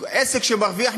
עסק שמרוויח,